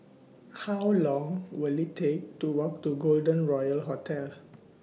How Long Will IT Take to Walk to Golden Royal Hotel